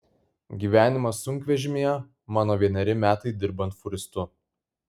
gyvenimas sunkvežimyje mano vieneri metai dirbant fūristu